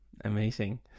Amazing